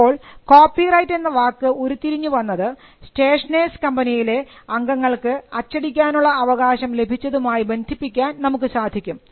അപ്പോൾ കോപ്പിറൈറ്റ് എന്ന വാക്ക് ഉരുത്തിരിഞ്ഞുവന്നത് സ്റ്റേഷനേഴ്സ് കമ്പനിയിലെ അംഗങ്ങൾക്ക് അച്ചടിക്കാനുള്ള അവകാശം ലഭിച്ചതുമായി ബന്ധിപ്പിക്കാൻ നമുക്ക് സാധിക്കും